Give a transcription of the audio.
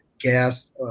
gas